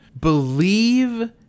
believe